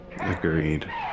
Agreed